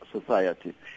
society